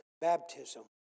Baptism